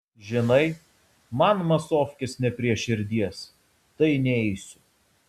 žinai man masofkės ne prie širdies tai neisiu